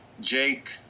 Jake